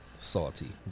Salty